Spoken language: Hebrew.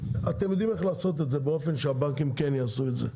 אתם יודעים איך לעשות את זה באופן שהבנקים כן יעשו את זה.